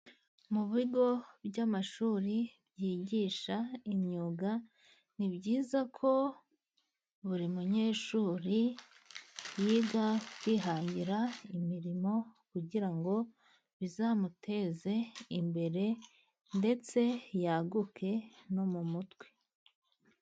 Mu bigo by'amashuri byigisha imyuga ni byiza ko buri munyeshuri yiga kwihangira imirimo kugira ngo bizamuteze imbere ndetse yaguke no mu mutwe.